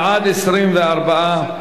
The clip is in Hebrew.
בעד, 24,